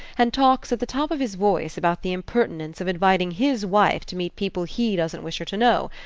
and talks at the top of his voice about the impertinence of inviting his wife to meet people he doesn't wish her to know.